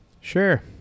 Sure